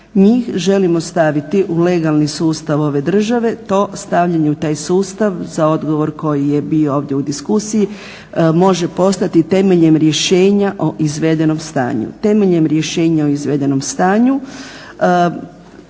želimo staviti u legalni sustav ove države, to stavljanje u taj sustav za odgovor koji je bio ovdje u diskusiji može postati temeljem rješenja o izvedenom stanju.